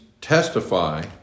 testify